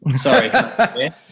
Sorry